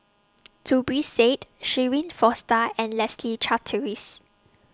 Zubir Said Shirin Fozdar and Leslie Charteris